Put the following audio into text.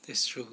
that's true